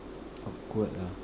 awkward ah